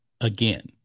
again